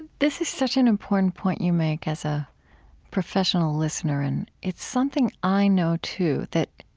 this is such an important point you make as a professional listener, and it's something i know too, that